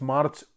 March